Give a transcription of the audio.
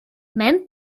mend